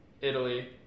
Italy